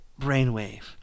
brainwave